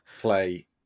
play